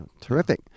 Terrific